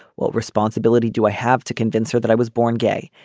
what responsibility do i have to convince her that i was born gay.